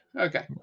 okay